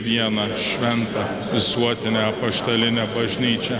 vieną šventą visuotinę apaštalinę bažnyčią